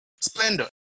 splendor